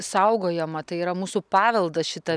saugojama tai yra mūsų paveldas šita